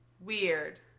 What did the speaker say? weird